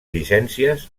llicències